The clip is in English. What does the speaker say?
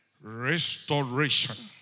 restoration